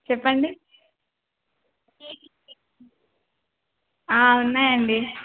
చెప్పండి ఉన్నాయండి